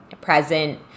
present